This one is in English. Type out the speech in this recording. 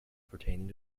pertaining